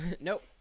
Nope